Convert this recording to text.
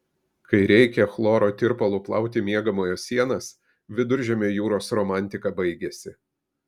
kai reikia chloro tirpalu plauti miegamojo sienas viduržemio jūros romantika baigiasi